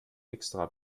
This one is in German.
extra